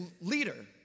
leader